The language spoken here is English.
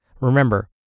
Remember